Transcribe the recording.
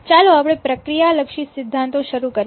ચાલો આપણે પ્રક્રિયા લક્ષી સિધ્ધાંતો શરૂ કરીએ